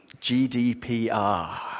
GDPR